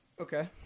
Okay